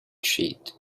sheet